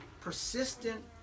persistent